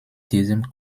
diesem